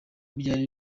byari